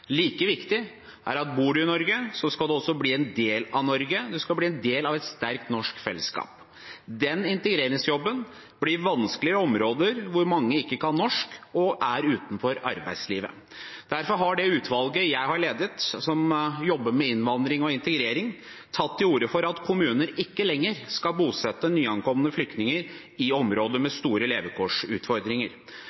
Like viktig er det at bor en i Norge, skal en også bli en del av Norge – en skal bli en del av et sterkt norsk fellesskap. Den integreringsjobben blir vanskeligere i områder hvor mange ikke kan norsk og er utenfor arbeidslivet. Derfor har det utvalget jeg har ledet, som jobber med innvandring og integrering, tatt til orde for at kommuner ikke lenger skal bosette nyankomne flyktninger i områder med